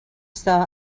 saw